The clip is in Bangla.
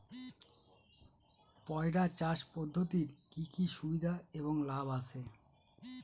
পয়রা চাষ পদ্ধতির কি কি সুবিধা এবং লাভ আছে?